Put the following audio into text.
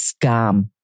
scam